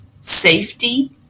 safety